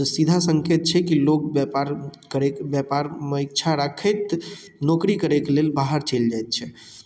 सीधा सङ्केत छै कि लोग व्यापार करै कऽ व्यापारमे इच्छा राखैत नौकरी करै कऽ लेल बाहर चलि जाइत छै